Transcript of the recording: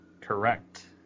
Correct